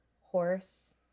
horse